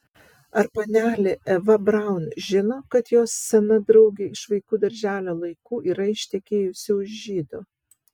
ar panelė eva braun žino kad jos sena draugė iš vaikų darželio laikų yra ištekėjusi už žydo